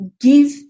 give